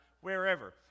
wherever